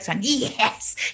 Yes